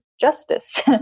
justice